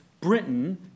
Britain